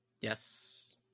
yes